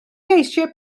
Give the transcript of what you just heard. eisiau